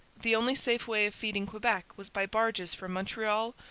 the only safe way of feeding quebec was by barges from montreal,